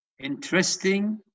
Interesting